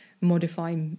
modify